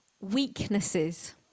weaknesses